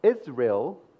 Israel